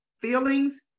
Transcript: Feelings